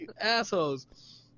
assholes